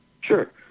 Sure